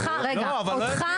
אני רוצה להראות לכם --- אני מצטערת.